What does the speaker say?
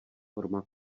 forma